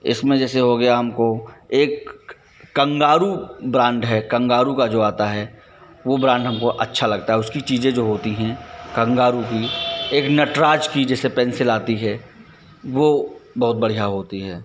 इसमें जैसे हो गया हमको एक कंगारू ब्रांड है कंगारू का जो आता है वो ब्रांड हमको अच्छा लगता है उसकी चीज़ें जो होती हैं कंगारू की एक नटराज की जैसे पेंसिल आती है वो बहुत बढ़िया होती है